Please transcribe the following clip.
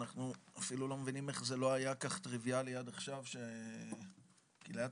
אנחנו אפילו לא מבינים איך זה לא היה כך טריוויאלי עד עכשיו כי לאט